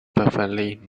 perfectly